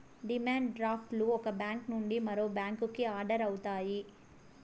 demand draft లు ఒక bank నుండి మరో బ్యాంకుకి ఆర్డర్ అవుతాయి